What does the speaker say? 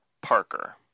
Parker